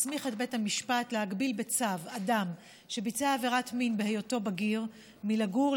מסמיך את בית המשפט להגביל בצו אדם שביצע עבירת מין בהיותו בגיר מלגור,